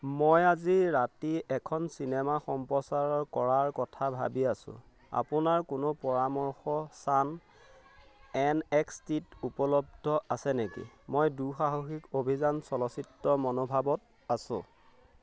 মই আজি ৰাতি এখন চিনেমা সম্প্ৰচাৰ কৰাৰ কথা ভাবি আছোঁ আপোনাৰ কোনো পৰামৰ্শ ছান এন এক্স টিত উপলব্ধ আছে নেকি মই দুঃসাহসিক অভিযান চলচ্চিত্ৰৰ মনোভাৱত আছোঁ